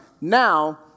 now